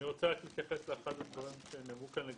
אני רוצה להתייחס לאחד הדברים שנאמרו כאן.